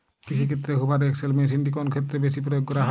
কৃষিক্ষেত্রে Hoover XL মেশিনটি কোন ক্ষেত্রে বেশি প্রয়োগ করা হয়?